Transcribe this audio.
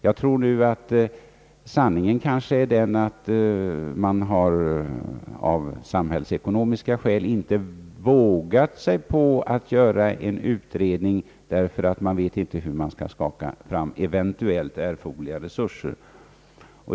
Jag tror nu att sanningen kanske är den, att man av samhällsekonomiska skäl inte har vå gat sig på att göra en utredning därför att man inte vet hur man skall skaka fram eventuellt erforderliga resurser.